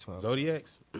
Zodiacs